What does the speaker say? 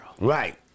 Right